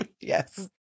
Yes